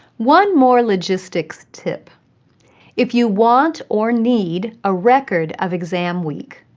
one more logistics tip if you want or need a record of exam week,